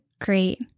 great